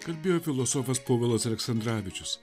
kalbėjo filosofas povilas aleksandravičius